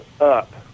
up